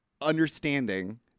understanding